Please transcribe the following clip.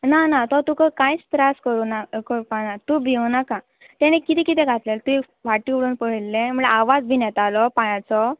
ना ना तो तुका कांयच त्रास करू ना करपा ना तूं भियोव नाका तेणें किदें किदें घातलें तूं फाटी वळून पळयल्लें म्हळ्यार आवाज बीन येतालो पांयांचो